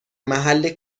محل